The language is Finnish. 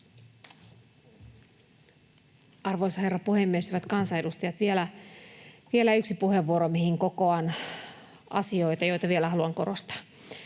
Arvoisa herra puhemies! Hyvät kansanedustajat! Vielä yksi puheenvuoro, mihin kokoan asioita, joita vielä haluan korostaa.